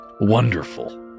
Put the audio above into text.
wonderful